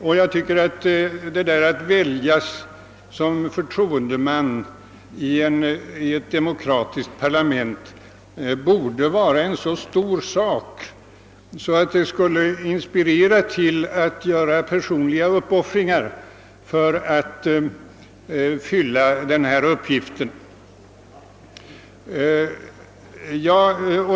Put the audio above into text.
Det förhållandet, att ledamöterna i riksdagen väljs som förtroendemän i ett demokratiskt parlament borde vara en så stor sak, att det skulle kunna inspirera till personliga uppoffringar för att fylla denna uppgift.